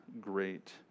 great